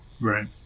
Right